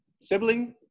sibling